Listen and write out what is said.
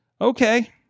okay